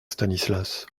stanislas